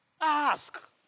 Ask